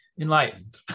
enlightened